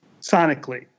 sonically